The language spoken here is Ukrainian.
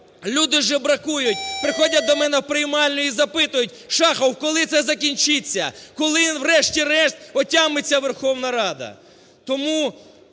люди жебракують, приходять до мене в приймальню і запитують: "Шахов, коли це закінчиться? Коли врешті-решт отямиться Верховна Рада?" Тому